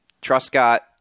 Truscott